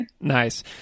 Nice